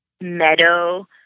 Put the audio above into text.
meadow